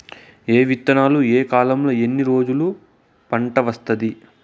ఏ విత్తనాలు ఏ కాలంలో ఎన్ని రోజుల్లో పంట వస్తాది?